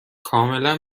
کاملا